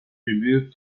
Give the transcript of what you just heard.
removed